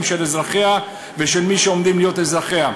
של אזרחיה ושל מי שעומדים להיות אזרחיה,